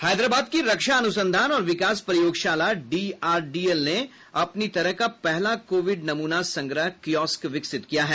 हैदराबाद की रक्षा अनुसंधान और विकास प्रयोगशाला डीआरडीएल ने अपनी तरह का पहला कोविड नमूना संग्रह किऑस्क विकसित किया है